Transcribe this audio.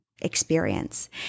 experience